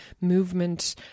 movement